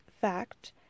fact